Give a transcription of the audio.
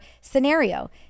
scenario